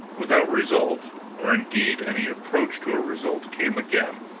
without result, or indeed any approach to a result, came again.